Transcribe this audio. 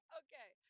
okay